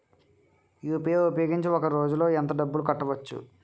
UPI ఉపయోగించి ఒక రోజులో ఎంత డబ్బులు కట్టవచ్చు?